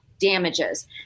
damages